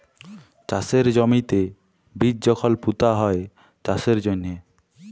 চাষের জমিতে বীজ যখল পুঁতা হ্যয় চাষের জ্যনহে